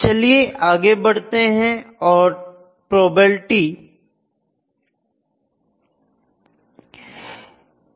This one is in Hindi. चलिए आगे बढ़ते हुए प्रोबेबिलिटी को समझते हैं